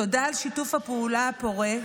תודה על שיתוף הפעולה הפורה,